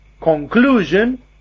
conclusion